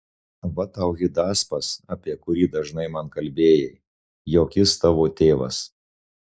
va tau hidaspas apie kurį dažnai man kalbėjai jog jis tavo tėvas